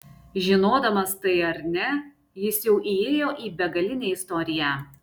žinodamas tai ar ne jis jau įėjo į begalinę istoriją